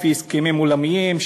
לפי הסכמים עולמיים,